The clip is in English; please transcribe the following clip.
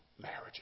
marriages